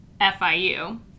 FIU